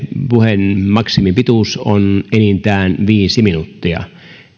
puheen maksimipituus on enintään viisi minuuttia